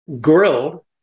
grilled